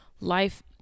life